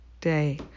day